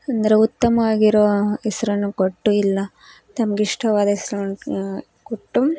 ಅಂದರೆ ಉತ್ತಮವಾಗಿರುವ ಹೆಸ್ರನ್ನು ಕೊಟ್ಟು ಇಲ್ಲ ತಮ್ಗೆ ಇಷ್ಟವಾದ ಹೆಸ್ರುಗಳ್ನ ಕೊಟ್ಟು